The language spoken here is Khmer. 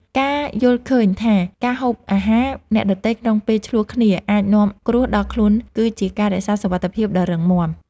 ការយល់ឃើញថាការហូបអាហារអ្នកដទៃក្នុងពេលឈ្លោះគ្នាអាចនាំគ្រោះដល់ខ្លួនគឺជាការរក្សាសុវត្ថិភាពដ៏រឹងមាំ។